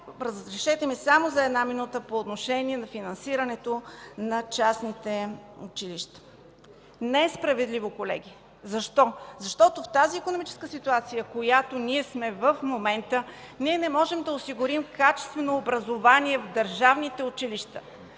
разрешете ми само една минута по отношение на финансирането на частните училища. Не е справедливо, колеги! Защо? Защото в тази икономическа ситуация, в която сме в момента, не можем да осигурим качествено образование в държавните училища.